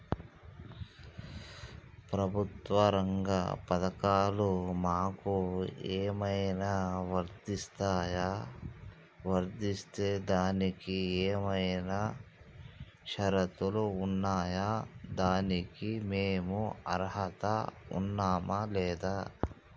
ప్రభుత్వ రంగ పథకాలు మాకు ఏమైనా వర్తిస్తాయా? వర్తిస్తే దానికి ఏమైనా షరతులు ఉన్నాయా? దానికి మేము అర్హత ఉన్నామా లేదా?